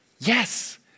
Yes